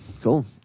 cool